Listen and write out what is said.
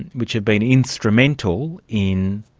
and which have been instrumental in,